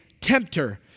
tempter